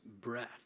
breath